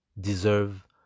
deserve